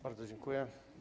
Bardzo dziękuję.